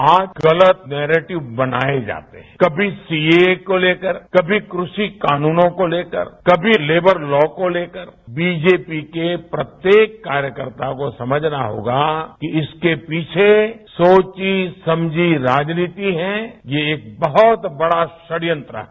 आज गलत नेरेटिव्सह बनाए जाते हैं कभी सीसीए को लेकर कभी कृ षि कानूनों को लेकर कभी लेबर लॉ को लेकर बीजेपी के प्रत्येक कार्यकर्ता को समझना हो होगा कि इसके पीछे सोची समझी राजनीति है ये एक बहुत बड़ा षडयंत्र है